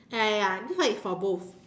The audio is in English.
ya ya ya this one is for both